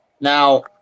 Now